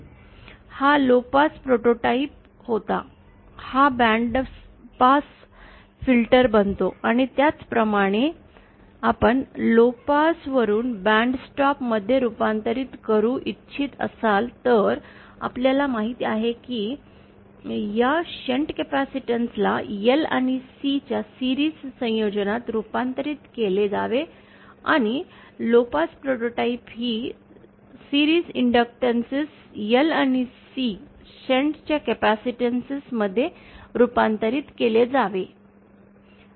हा low pass prototype होता हा बँडपास फिल्टर बनतो आणि त्याचप्रमाणे आपण लोपपास वरून बॅन्डस्टॉप मध्ये रूपांतरित करू इच्छित असाल तर आपल्याला माहित आहे की या शंट कॅपेसिटन्स ला Lआणि C च्या मालिका संयोजनात रूपांतरित केले जावे आणि लो पास प्रोटोटाइपमध्ये ही मालिका इंडक्टॅन्स L आणि C च्या शंट कॅपेसिटन्स मध्ये रुपांतरित केले जावे